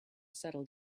settled